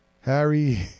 Harry